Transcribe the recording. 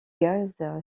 gaz